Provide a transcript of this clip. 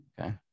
Okay